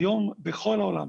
היום בכל העולם,